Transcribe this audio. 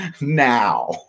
now